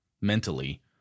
mentally